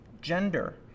gender